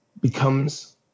becomes